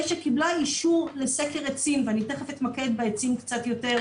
שקיבלה אישור לסקר עצים ותיכף אתמקד בעצים קצת יותר,